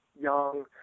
young